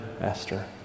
Esther